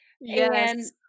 Yes